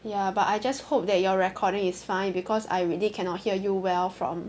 ya but I just hope that your recording is fine because I really cannot hear you well from